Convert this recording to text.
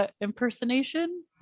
impersonation